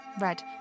red